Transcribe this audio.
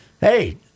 Hey